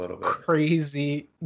crazy